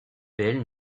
belle